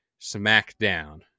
SmackDown